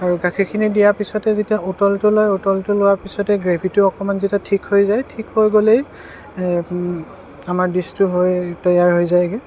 আৰু গাখীৰখিনি দিয়াৰ পিছতে যেতিয়া উতলটো লয় উতলটো লোৱাৰ পিছতে গ্ৰেভীটো অকণমান যেতিয়া ঠিক হৈ যায় ঠিক হৈ গ'লেই আমাৰ ডিছটো হৈয়ে তৈয়াৰ হৈ যায়গৈ